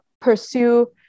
pursue